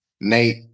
Nate